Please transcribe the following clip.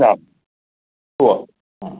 ആ പോകാം ആ